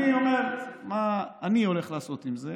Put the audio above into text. אני אומר מה אני הולך לעשות עם זה.